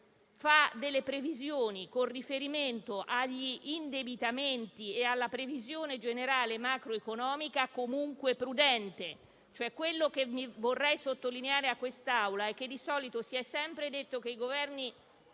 delle previsioni con riferimento agli indebitamenti e alla previsione generale macroeconomica comunque prudenti. Quello che vorrei far notare ai colleghi è che si è sempre detto che i Governi